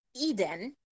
Eden